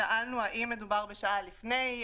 נו, בסדר.